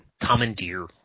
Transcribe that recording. Commandeer